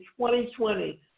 2020